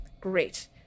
Great